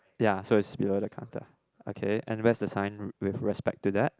ya so it's below the okay and where's the sign with respect to that